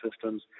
systems